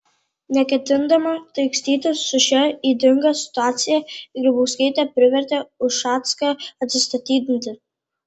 neketindama taikstytis su šia ydinga situacija grybauskaitė privertė ušacką atsistatydinti